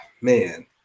man